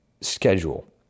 schedule